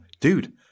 dude